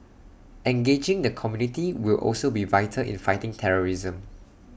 engaging the community will also be vital in fighting terrorism